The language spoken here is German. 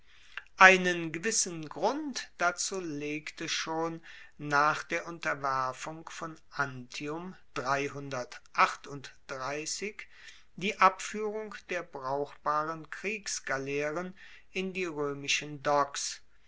einen gewissen grund dazu legte schon nach der unterwerfung von antium die abfuehrung der brauchbaren kriegsgaleeren in die roemischen docks